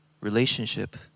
relationship